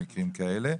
במקרים כאלה,